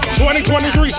2023